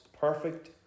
perfect